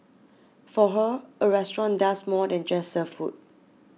for her a restaurant does more than just serve food